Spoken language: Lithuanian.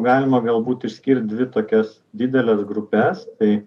galima galbūt išskirt dvi tokias dideles grupes tai